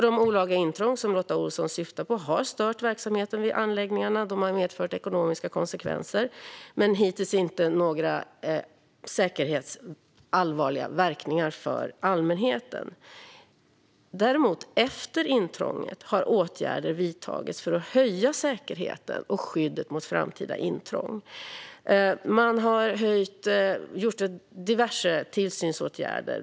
De olaga intrång som Lotta Olsson syftar på har stört verksamheten vid anläggningarna och medfört ekonomiska konsekvenser. Hittills har de dock inte medfört några allvarliga säkerhetsmässiga verkningar för allmänheten. Däremot har åtgärder vidtagits efter intrånget för att höja säkerheten och skyddet mot framtida intrång. Man har vidtagit diverse tillsynsåtgärder.